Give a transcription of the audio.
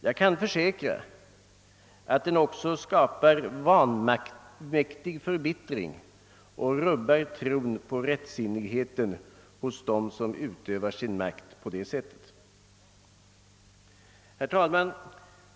Jag kan försäkra att den också skapar vanmäktig förbittring och rubbar tron på rättsinnigheten hos dem som utöver sin makt på detta sätt. Herr talman!